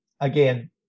Again